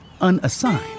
unassigned